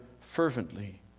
fervently